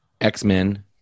X-Men